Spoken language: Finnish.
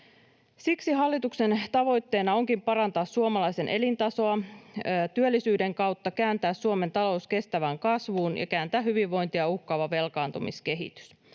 Siksi hallituksen tavoitteena onkin parantaa suomalaisen elintasoa työllisyyden kautta, kääntää Suomen talous kestävään kasvuun ja kääntää hyvinvointia uhkaava velkaantumiskehitys.